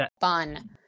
fun